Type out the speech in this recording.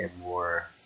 more